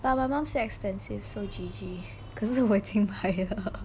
but my mum say expensive so G_G 可是我已经 buy 了